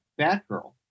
Batgirl